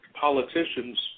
politicians